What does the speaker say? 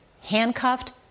handcuffed